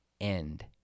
end